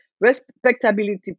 respectability